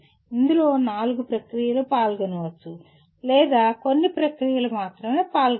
ఇందులో నాలుగు ప్రక్రియలు పాల్గొనవచ్చు లేదా కొన్ని ప్రక్రియలు మాత్రమే పాల్గొంటాయి